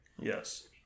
Yes